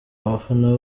abafana